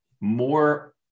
more